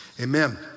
amen